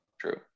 True